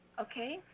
Okay